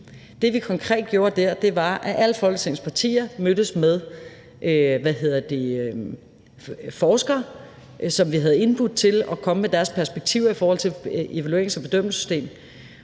Det, vi konkret gjorde der, var, at alle Folketingets partier mødtes med forskere, som vi havde indbudt til at komme med deres perspektiver på et evaluerings- og bedømmelsessystem,